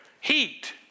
heat